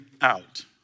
out